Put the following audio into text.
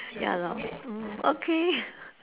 ya lor mm okay